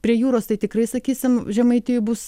prie jūros tai tikrai sakysim žemaitijoj bus